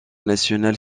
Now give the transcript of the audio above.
nationale